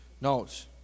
Notes